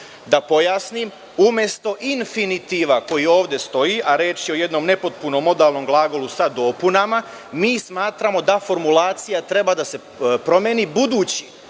pojasnim, umesto infinitiva koji ovde stoji, a reč je o jednom nepotpunom modalnom glagolu sa dopunama, mi smatramo da formulacija treba da se promeni, budući